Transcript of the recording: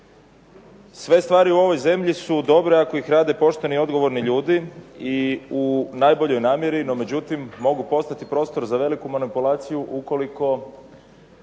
Sve stvari u ovoj zemlji su dobre ako ih rade pošteni i odgovorni ljudi i u najboljoj namjeri. No međutim, mogu postati prostor za veliku manipulaciju ukoliko